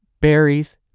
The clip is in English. berries